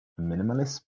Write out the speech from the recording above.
Minimalist